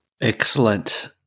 Excellent